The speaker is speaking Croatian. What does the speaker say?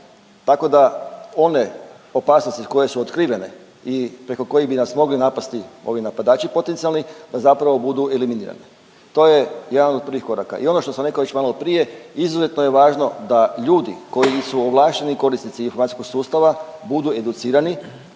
tako da one opasnosti koje su otkrivene i preko kojih bi nas mogli napasti ovi napadači potencijalni da zapravo budu eliminirani. To je jedan od prvih koraka. I ono što sam rekao već maloprije, izuzetno je važno da ljudi koji su ovlašteni korisnici informacijskog sustava budu educirani,